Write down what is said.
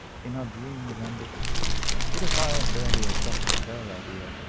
in our dreamy ramble what if i had early adopted her idea,